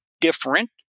different